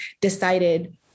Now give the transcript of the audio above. decided